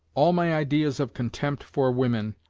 all my ideas of contempt for women,